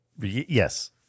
Yes